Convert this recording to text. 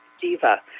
diva